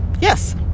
yes